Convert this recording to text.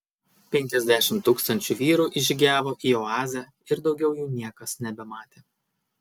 penkiasdešimt tūkstančių vyrų įžygiavo į oazę ir daugiau jų niekas nebematė